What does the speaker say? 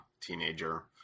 teenager